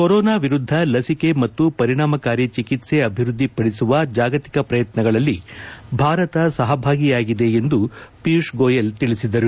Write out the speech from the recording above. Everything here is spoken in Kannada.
ಕೊರೋನಾ ವಿರುದ್ದ ಲಸಿಕೆ ಮತ್ತು ಪರಿಣಾಮಕಾರಿ ಚಿಕಿತ್ಸ ಅಭಿವೃದ್ದಿಪಡಿಸುವ ಜಾಗತಿಕ ಪ್ರಯತ್ನಗಳಲ್ಲಿ ಭಾರತ ಸಹಭಾಗಿಯಾಗಿದೆ ಎಂದು ಪಿಯೂಶ್ ಗೋಯಲ್ ತಿಳಿಸಿದರು